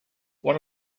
what